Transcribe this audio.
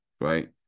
right